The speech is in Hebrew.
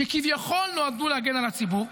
שכביכול נועדו להגן על הציבור,